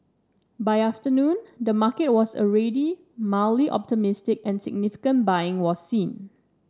by afternoon the market was already mildly optimistic and significant buying was seen